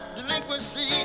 delinquency